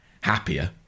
happier